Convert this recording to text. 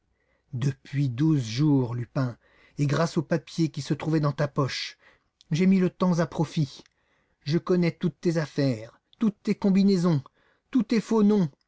depuis douze jours lupin et grâce aux papiers qui se trouvaient dans ta poche j'ai mis le temps à profit je connais toutes tes affaires toutes tes combinaisons tous tes faux noms